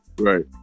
Right